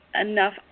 enough